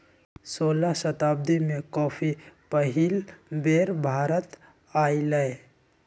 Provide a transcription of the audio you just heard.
सोलह शताब्दी में कॉफी पहिल बेर भारत आलय